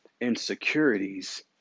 insecurities